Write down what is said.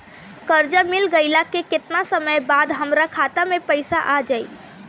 कर्जा मिल गईला के केतना समय बाद हमरा खाता मे पैसा आ जायी?